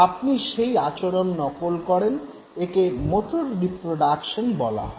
আপনি সেই আচরণ নকল করেন একে মোটর রিপ্রোডাকশন বলা হয়